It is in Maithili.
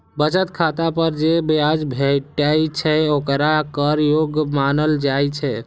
बचत खाता पर जे ब्याज भेटै छै, ओकरा कर योग्य मानल जाइ छै